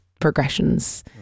progressions